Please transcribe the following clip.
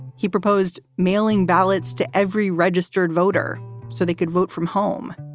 he proposed mailing ballots to every registered voter so they could vote from home.